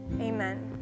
Amen